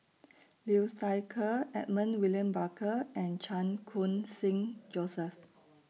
Liu Thai Ker Edmund William Barker and Chan Khun Sing Joseph